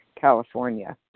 California